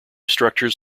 structures